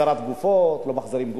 בהחזרת גופות, לא מחזירים גופות,